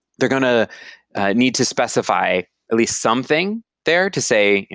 they're going to need to specify at least something there to say,